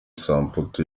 samputu